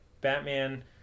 Batman